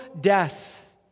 death